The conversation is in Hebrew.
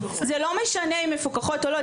זה לא משנה אם מפוקחות או לו.